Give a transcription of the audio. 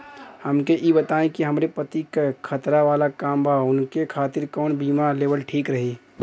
हमके ई बताईं कि हमरे पति क खतरा वाला काम बा ऊनके खातिर कवन बीमा लेवल ठीक रही?